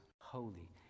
holy